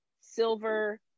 silver